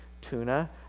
Tuna